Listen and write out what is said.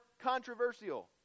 controversial